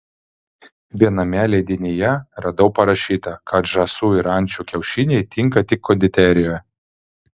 viename leidinyje radau parašyta kad žąsų ir ančių kiaušiniai tinka tik konditerijoje